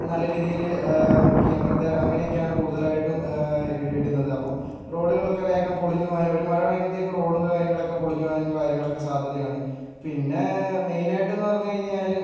നല്ല രീതിയിൽ മുക്കി അങ്ങനെയൊക്കെയാണ് കൂടുതലായിട്ടും ഇടുന്നത് അപ്പം റോഡുകളൊക്കെ വേഗം പൊളിഞ്ഞു പോകാൻ ഒരു മഴ പെയ്യുമ്പോഴത്തേക്ക് റോഡും കാര്യങ്ങളൊക്കെ പൊളിഞ്ഞു പോകാനും കാര്യങ്ങളൊക്കെ സാധ്യതയാണ് പിന്നെ മെയിൻ ആയിട്ട് എന്ന് പറഞ്ഞു കഴിഞ്ഞാൽ